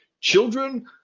Children